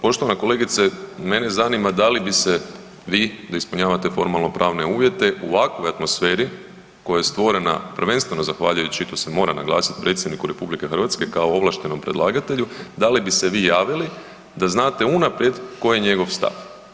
Poštovana kolegice, mene zanima da li bi se vi da ispunjavate formalno pravne uvjete u ovakvoj atmosferi koja je stvorena prvenstveno zahvaljujući i to se mora naglasiti predsjedniku RH kao ovlaštenom predlagatelju, da li bi se vi javili da znate unaprijed koji je njegov stav?